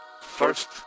First